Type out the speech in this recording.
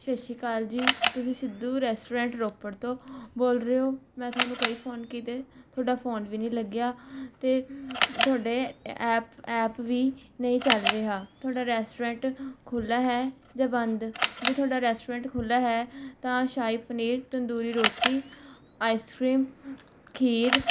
ਸਤਿ ਸ਼੍ਰੀ ਅਕਾਲ ਜੀ ਤੁਸੀਂ ਸਿੱਧੂ ਰੈਸਟੋਰੈਂਟ ਰੋਪੜ ਤੋਂ ਬੋਲ ਰਹੇ ਹੋ ਮੈਂ ਤੁਹਾਨੂੰ ਕਈ ਫੋਨ ਕੀਤੇ ਤੁਹਾਡਾ ਫੋਨ ਵੀ ਨਹੀਂ ਲੱਗਿਆ ਅਤੇ ਤੁਹਾਡੇ ਐਪ ਐਪ ਵੀ ਨਹੀਂ ਚੱਲ ਰਿਹਾ ਤੁਹਾਡਾ ਰੈਸਟੋਰੈਂਟ ਖੁੱਲ੍ਹਾ ਹੈ ਜਾਂ ਬੰਦ ਜੇ ਤੁਹਾਡਾ ਰੈਸਟੋਰੈਂਟ ਖੁੱਲ੍ਹਾ ਹੈ ਤਾਂ ਸ਼ਾਹੀ ਪਨੀਰ ਤੰਦੂਰੀ ਰੋਟੀ ਆਈਸਕ੍ਰੀਮ ਖੀਰ